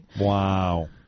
Wow